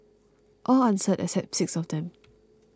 all answered except six of them